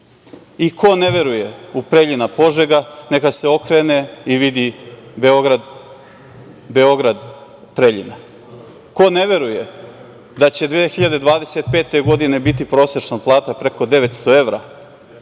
ne veruje u Preljina-Požega neka se okrene i vidi Beograd-Preljina. Ko ne veruje da će 2025. godine biti prosečna plata preko 920 evra,